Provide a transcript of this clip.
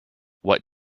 what